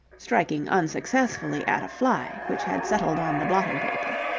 striking unsuccessfully at a fly which had settled on the blotting-paper.